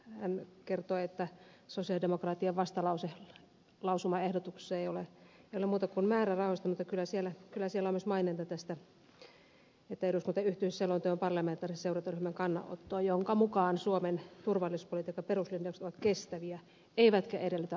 hän kertoi että sosialidemokraattien vastalauseen lausumaehdotus ei ole muuta kuin määrärahoista mutta kyllä siellä on myös maininta tästä että eduskunta yhtyisi selonteon parlamentaarisen seurantaryhmän kannanottoon jonka mukaan suomen turvallisuuspolitiikan peruslinjaukset ovat kestäviä eivätkä edellytä olennaisia tarkistuksia